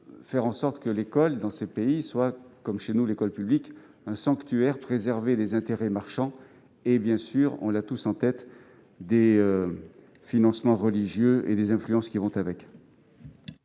faire en sorte que l'école dans ces pays soit, comme l'école publique chez nous, un sanctuaire préservé des intérêts marchands et, bien sûr- nous l'avons tous en tête -des financements religieux et des influences qui vont avec.